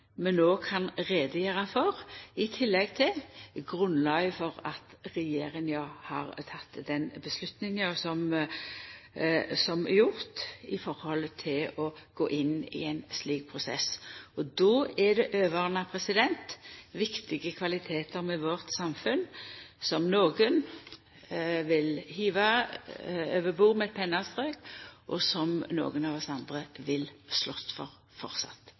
no kan gjere greie for, i tillegg til grunnlaget for at regjeringa har teke den avgjerda som er gjord med tanke på å gå inn i ein slik prosess. Då er det overordna viktige kvalitetar ved vårt samfunn som nokre vil hiva over bord med eit pennestrøk, og som nokre av oss andre framleis vil slåst for.